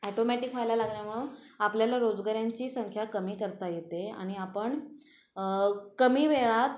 automatic व्हायला लागल्यामुळं आपल्याला रोजगाऱ्यांची संख्या कमी करता येते आणि आपण कमी वेळात